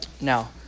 Now